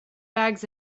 bags